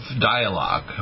dialogue